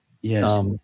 Yes